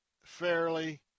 fairly